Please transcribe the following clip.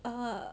err